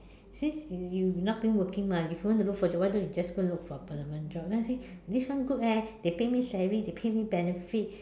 since you not been working mah if you want to look for job why don't you just look for permanent job then I say this one good eh they pay me salary they pay me benefit